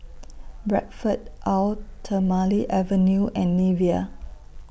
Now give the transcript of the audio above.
Bradford Eau Thermale Avene and Nivea